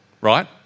Right